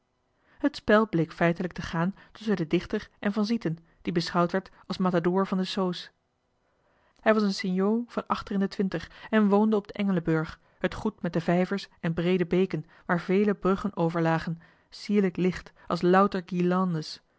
spel bleek feitelijk te gaan tusschen den dichter en van sieten die beschouwd werd als matador van de soos johan de meester de zonde in het deftige dorp hij was een sinjo van achter in de twintig en woonde op den engelenburg het goed met de vijvers en breede beken waar vele bruggen over lagen sierlijk licht als louter